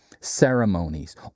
ceremonies